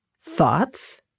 thoughts